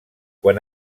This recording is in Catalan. quan